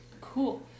Cool